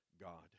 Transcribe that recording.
God